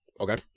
Okay